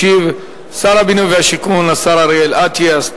ישיב שר הבינוי שיכון השר אריאל אטיאס.